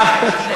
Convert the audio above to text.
אף אחד.